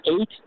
eight